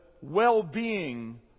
well-being